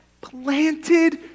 Planted